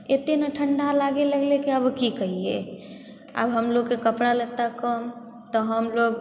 एते ने ठण्डा लागे लगलै की आब की कहियै आब हमलोगके कपड़ा लत्ता कम तऽ हमलोग